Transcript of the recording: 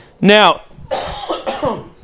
Now